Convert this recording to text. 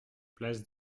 place